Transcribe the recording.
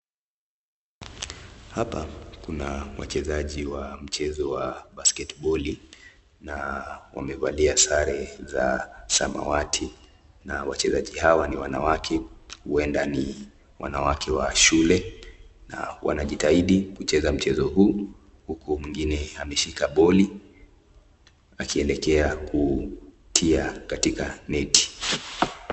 Hapa kuna wachezaji wa mchezo wa basiketi boli na wamevaa sare za samawati. Wachezaji hawa ni wanawake, huenda ni wanawake wa shule, na wanajitahidi kucheza mchezo huu huku mwingine ameshika boli akielekea kutia katika neti.